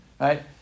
right